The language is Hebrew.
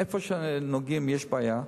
איפה שנוגעים יש בעיה.